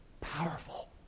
powerful